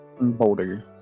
boulder